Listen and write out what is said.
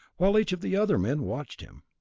while each of the other men watched him.